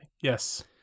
Yes